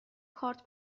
کارت